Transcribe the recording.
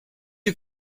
you